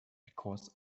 because